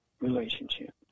relationship